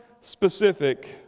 specific